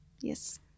Yes